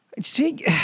See